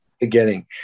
beginning